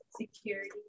Security